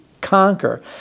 Conquer